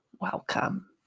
Welcome